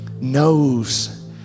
knows